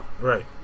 right